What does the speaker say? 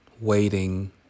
waiting